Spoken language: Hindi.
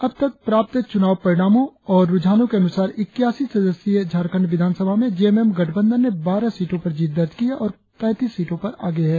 अब तक प्राप्त चुनाव परिणामो और रुझानो के अनुसार इक्यासी सदस्यीय झारखंड विधानसभा में जे एम एम गठबंधन ने बारह सीटो पर जीत दर्ज की है और तैतीस सीटो पर आगे है